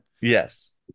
Yes